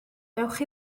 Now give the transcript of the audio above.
dewch